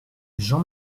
jean